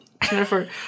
Jennifer